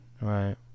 Right